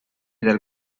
del